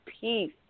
peace